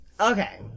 Okay